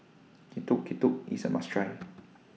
Getuk Getuk IS A must Try